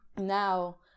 now